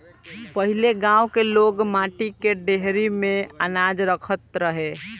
पहिले गांव के लोग माटी के डेहरी में अनाज रखत रहे